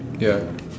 ya